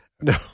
No